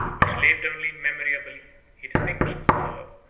which lived only in memory or belief, he distinguishes, however,